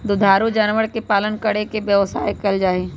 दुधारू जानवर के पालन करके व्यवसाय कइल जाहई